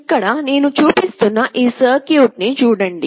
ఇక్కడ నేను చూపిస్తున్న ఈ సర్క్యూట్ ను చూడండి